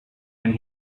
and